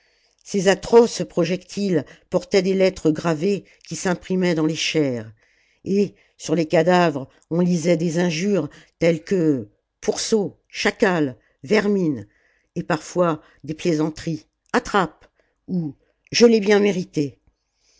ces atroces projectiles portaient des lettres gravées qui s'imprimaient dans les chairs et sur les cadavres on lisait des injures telles que pourceau chacal vermine et parfois des plaisanteries attrape ou je l'ai bien mérité